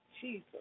Jesus